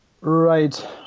right